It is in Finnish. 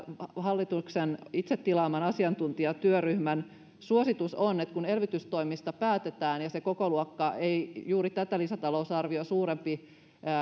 hallituksen itse tilaaman asiantuntijatyöryhmän suositus on että kun elvytystoimista päätetään ja se kokoluokka ei juuri tätä lisätalousarviota suurempi